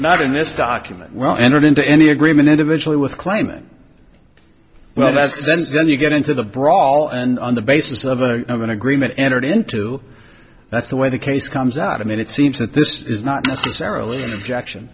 not in this document were entered into any agreement individually with claimant well that's then you get into the brawl and on the basis of a of an agreement entered into that's the way the case comes out and it seems that this is not necessarily an objection